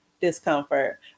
Discomfort